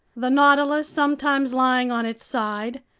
the nautilus, sometimes lying on its side,